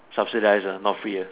subsidies ah not free ah